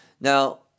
Now